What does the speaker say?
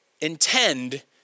intend